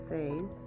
Says